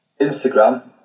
Instagram